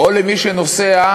או למי שנוסע,